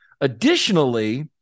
Additionally